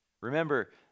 Remember